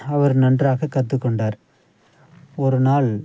அவர் நன்றாக கற்றுக்கொண்டார் ஒரு நாள்